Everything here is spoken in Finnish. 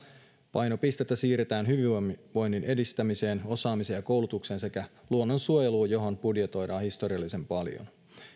painopistettä siirretään hyvinvoinnin edistämiseen osaamiseen ja koulutukseen sekä luonnonsuojeluun johon budjetoidaan historiallisen paljon